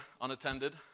unattended